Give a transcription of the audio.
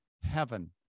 heaven